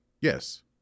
Yes